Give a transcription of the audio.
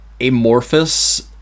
amorphous